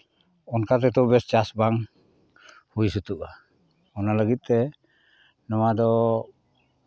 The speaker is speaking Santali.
ᱚᱱᱠᱟ ᱛᱮᱫᱚ ᱵᱮᱥ ᱪᱟᱥ ᱵᱟᱝ ᱦᱩᱭ ᱥᱟᱹᱛᱚᱜᱼᱟ ᱚᱱᱟ ᱞᱟᱹᱜᱤᱫ ᱛᱮ ᱱᱚᱣᱟ ᱫᱚ